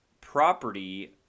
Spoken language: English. property